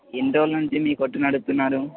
ఎన్ని రోజుల నుంచి మీ కొట్టు నడుపుతున్నారు